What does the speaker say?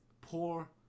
poor